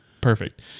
Perfect